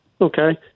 Okay